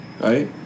right